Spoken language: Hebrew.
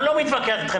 אני יותר לא מתווכח אתכם.